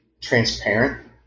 transparent